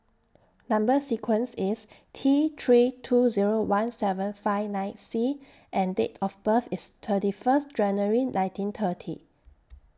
Number sequence IS T three two Zero one seven five nine C and Date of birth IS thirty First January nineteen thirty